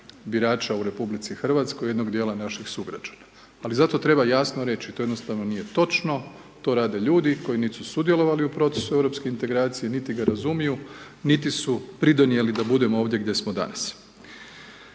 birača u RH, jednog dijela naših sugrađana, ali zato treba jasno reći, to jednostavno nije točno, to rade ljudi koji nit su sudjelovali u procesu Europske integracije, niti ga razumiju, niti su pridonijeli da budemo ovdje gdje smo danas.